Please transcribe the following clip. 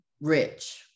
rich